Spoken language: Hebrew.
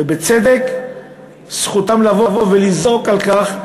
ובצדק זכותן לבוא ולזעוק על כך.